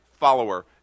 follower